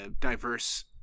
diverse